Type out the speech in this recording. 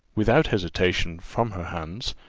without hesitation, from her hands,